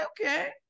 okay